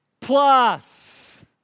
plus